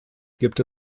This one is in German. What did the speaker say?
gibt